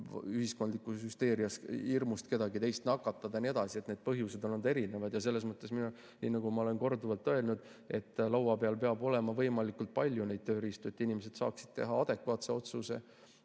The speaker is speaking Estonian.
ühiskondlikus hüsteerias, kartuses kedagi teist nakatada ja nii edasi. Need põhjused on olnud erinevad ja selles mõttes, nagu ma olen korduvalt öelnud, peab meil olema võimalikult palju tööriistu, et inimesed saaksid teha adekvaatse otsuse.